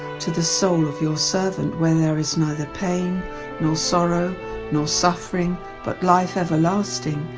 to the soul of your servant where there is neither pain nor sorrow nor suffering but life everlasting,